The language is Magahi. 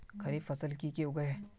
खरीफ फसल की की उगैहे?